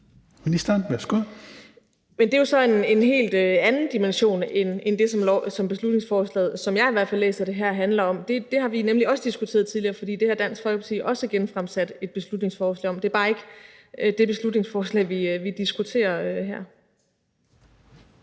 (Astrid Krag): Det er jo så en helt anden dimension end det, som beslutningsforslaget handler om, sådan som jeg i hvert fald læser det. Det har vi nemlig også diskuteret tidligere, for det har Dansk Folkeparti også genfremsat et beslutningsforslag om. Det er bare ikke det beslutningsforslag, vi diskuterer her.